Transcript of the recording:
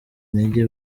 intege